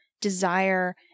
desire